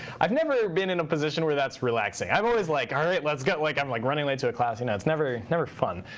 i've never been in a position where that's relaxing. i'm always like, all right, let's go. like i'm like running late to a class. and it's never never fun.